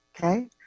okay